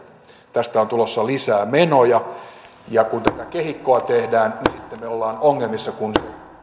tästä on tulossa lisää menoja ja kun tätä kehikkoa tehdään niin sitten me olemme ongelmissa kun